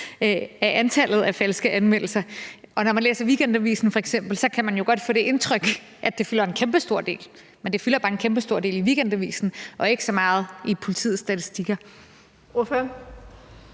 andel af de falske anmeldelser, men når man f.eks. læser Weekendavisen, kan man jo godt få det indtryk, at de udgør en kæmpestor andel. Men de fylder kun meget i Weekendavisen og ikke så meget i politiets statistikker. Kl.